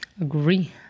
Agree